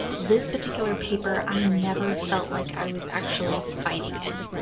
this particular paper i never felt like i was actually fighting it,